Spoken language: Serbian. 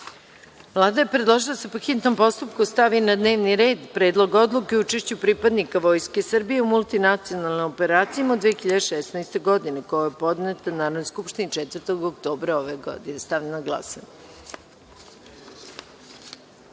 je predložila da se po hitnom postupku, stavi na dnevni red Predlog odluke o učešću pripadnika Vojske Srbije u multinacionalnim operacijama u 2016. godini, koji je podnela Narodnoj skupštini 4. oktobra 2016. godine. Stavljam na glasanje